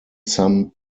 some